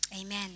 Amen